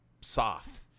soft